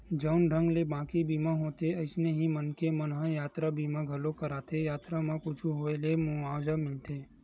जउन ढंग ले बाकी बीमा होथे अइसने ही मनखे मन ह यातरा बीमा घलोक कराथे यातरा म कुछु होय ले मुवाजा मिलथे